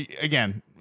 again